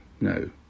no